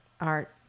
art